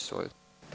Izvolite.